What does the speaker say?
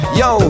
yo